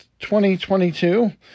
2022